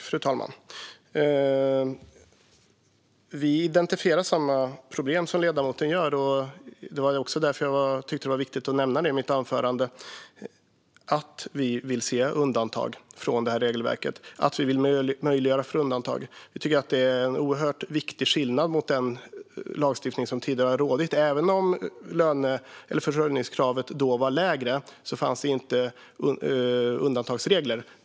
Fru talman! Vi identifierar samma problem som ledamoten, och det var också därför jag tyckte att det var viktigt att nämna i mitt anförande att vi vill möjliggöra undantag från regelverket. Vi tycker att det är en oerhört viktig skillnad jämfört med den lagstiftning som tidigare har rått. Även om försörjningskravet då var lägre fanns inte undantagsregler.